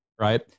right